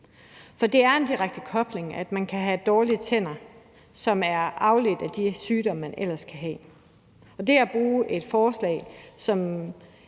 For der er en direkte kobling, sådan at man kan have dårlige tænder, som er afledt af de sygdomme, man ellers kan have, og det at tage et forslag, som